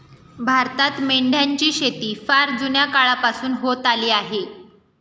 भारतात मेंढ्यांची शेती फार जुन्या काळापासून होत आली आहे